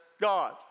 God